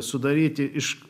sudaryti iš